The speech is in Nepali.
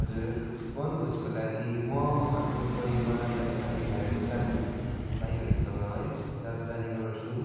हजुर वनभोजको लागि म आफ्नो परिवार या त साथीभाइहरू साथीभाइहरूसँग है जाँद जाने गर्छु